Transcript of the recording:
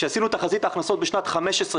כשעשינו תחזית הכנסות בשנת 2015,